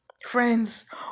Friends